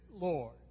Lord